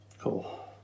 Cool